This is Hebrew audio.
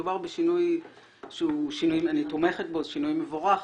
מדובר בשינוי ואני תומכת בו, שינוי מבורך.